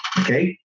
okay